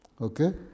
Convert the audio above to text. Okay